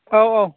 औ औ